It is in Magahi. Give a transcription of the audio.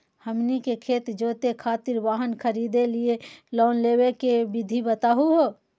हमनी के खेत जोते खातीर वाहन खरीदे लिये लोन लेवे के विधि बताही हो?